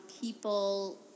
people